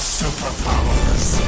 superpowers